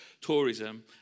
tourism